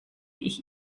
ich